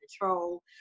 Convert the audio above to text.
control